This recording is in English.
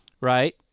right